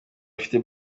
afite